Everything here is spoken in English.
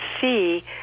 see